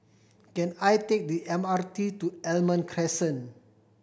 can I take the M R T to Almond Crescent